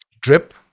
drip